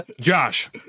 Josh